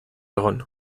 egon